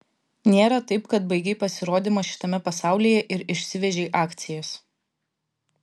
nėra taip kad baigei pasirodymą šitame pasaulyje ir išsivežei akcijas